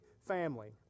family